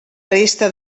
resta